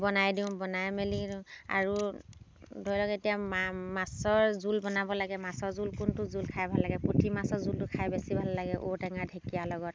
বনাই দিওঁ বনাই মেলি আৰু ধৰি লওক এতিয়া মা মাছৰ জোল বনাব লাগে মাছৰ জোল কোনটো জোল খাই ভাল লাগে পুঠি মাছৰ জোলটো খাই বেছি ভাল লাগে ঔটেঙা ঢেঁকীয়াৰ লগত